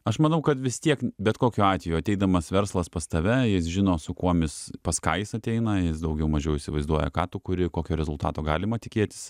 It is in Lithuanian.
aš manau kad vis tiek bet kokiu atveju ateidamas verslas pas tave jis žino su kuom jis pas ką jis ateina jis daugiau mažiau įsivaizduoja ką tu kuri kokio rezultato galima tikėtis